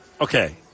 Okay